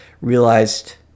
realized